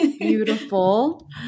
Beautiful